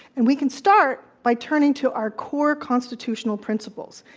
and we can start by turning to our core constitutional principles.